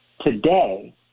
Today